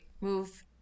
move